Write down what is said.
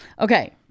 Okay